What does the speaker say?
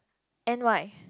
N Y